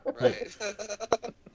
Right